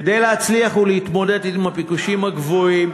כדי להצליח ולהתמודד עם הביקושים הגדולים,